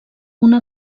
una